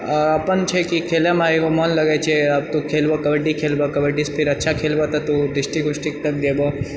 आ अपन छैकि खेलैमे एकगो मन लगैछे तऽ खेलबह कबड्डी खेलबह कबड्डी से फिर अच्छा खेलबह तऽ डिस्ट्रिक्ट वुस्ट्रिक्ट तक जेबह